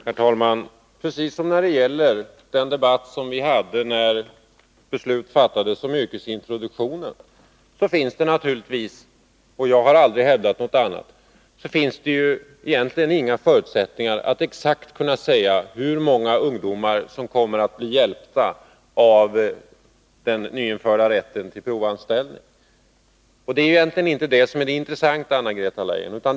Herr talman! Precis som när det gäller den debatt som vi förde när beslut fattades om yrkesintroduktionen finns det naturligtvis — jag har aldrig hävdat något annat — inga förutsättningar för att man exakt skall kunna säga hur många ungdomar som kommer att bli hjälpta av den nyinförda rätten till provanställning. Det är egentligen inte heller detta som är det intressanta, Anna-Greta Leijon.